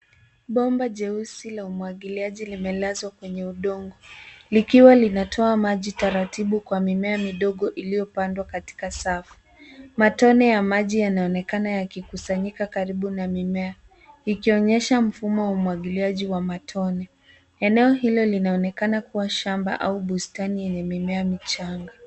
Bomba jeusi la umwagiliaji limelazwa kwenye udongo likiwa linatoa maji taratibu kwa mimea midogo iliyopandwa katika safu. Matone ya maji yanaonekana yakikusanyika karibu na mimea ikionyesha mfumo wa umwagiliaji wa matone. Eneo hilo linaonekana kuwa shamba au bustani yenye mimea michanga.